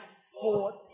sport